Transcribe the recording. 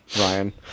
Ryan